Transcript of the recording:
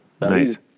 Nice